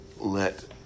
let